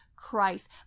Christ